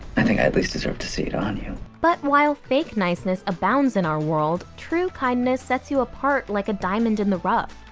i think i at least deserve to see it on you. but while fake niceness abounds in our world, true kindness sets you apart like a diamond in the rough,